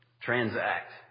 transact